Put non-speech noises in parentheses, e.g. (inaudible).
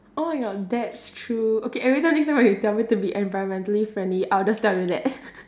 oh my god that's true okay every time next time when you tell me to be environmentally friendly I'll just tell you that (laughs)